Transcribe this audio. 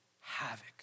havoc